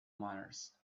matters